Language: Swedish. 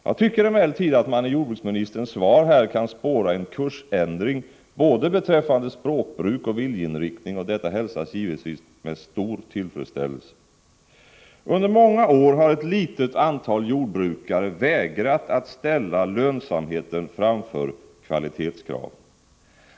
Jag tycker emellertid att man i jordbruksministerns svar kan spåra en kursändring beträffande både språkbruk och viljeinriktning, och detta hälsas givetvis med stor tillfredsställelse. Under många år har ett litet antal jordbrukare vägrat att ställa lönsamheten framför kvalitetskraven.